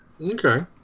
Okay